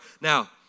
Now